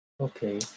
Okay